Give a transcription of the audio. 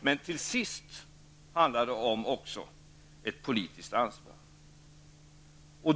Men till sist handlar också om ett politiskt ansvar.